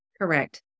Correct